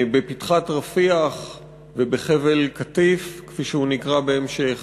בפתחת-רפיח ובחבל-קטיף, כפי שהוא נקרא בהמשך,